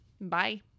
bye